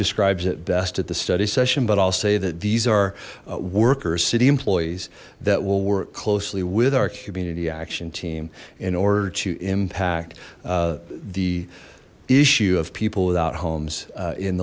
describes it best at the study session but i'll say that these are work or city employees that will work closely with our community action team in order to impact the issue of people without homes